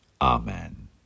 Amen